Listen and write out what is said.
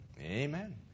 Amen